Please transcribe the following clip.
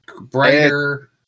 brighter